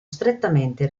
strettamente